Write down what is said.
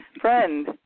friend